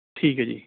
ਠੀਕ ਹੈ ਜੀ